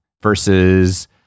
versus